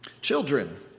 Children